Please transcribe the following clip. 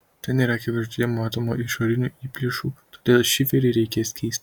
ten yra akivaizdžiai matomų išorinių įplėšų todėl šiferį reikės keisti